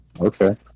Okay